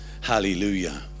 Hallelujah